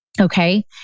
Okay